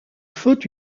faut